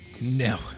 No